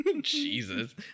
Jesus